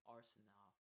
Arsenal